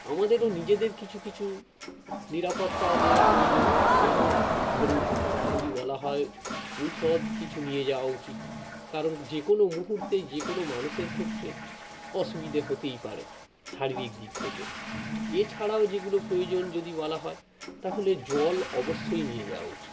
আমাদেরও নিজেদের কিছু কিছু নিরাপত্তা নেয়া প্রয়োজন যেমন ধরুন যদি বলা হয় ঔষধ কিছু নিয়ে যাওয়া উচিত কারণ যে কোনো মুহুর্তেই যে কোনো মানুষের ক্ষেত্রে অসুবিধে হতেই পারে শারীরিক দিক থেকে এছাড়াও যেগুলো প্রয়োজন যদি বলা হয় তাহলে জল অবশ্যই নিয়ে যাওয়া উচিত